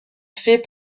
fait